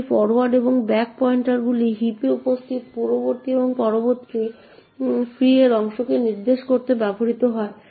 এবং এই ফরোয়ার্ড এবং ব্যাক পয়েন্টারগুলি হিপে উপস্থিত পূর্ববর্তী এবং পরবর্তী ফ্রি এর অংশকে নির্দেশ করতে ব্যবহৃত হয়